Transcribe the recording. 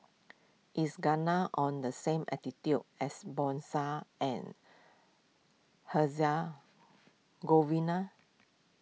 is Ghana on the same latitude as and Herzegovina